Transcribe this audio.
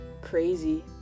crazy